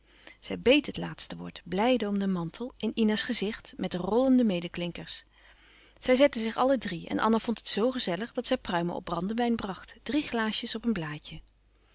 zij beet het laatste woord blijde om den mantel in ina's gezicht met rollende medeklinkers zij zetten zich alle drie en anna vond het zoo gezellig dat zij pruimen op brandewijn bracht drie glaasjes op een blaadje